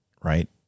right